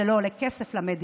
זה לא עולה כסף למדינה,